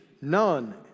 none